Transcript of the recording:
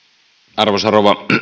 arvoisa rouva